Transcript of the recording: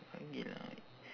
bagi lah